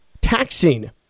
taxing